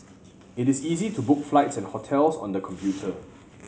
it is easy to book flights and hotels on the computer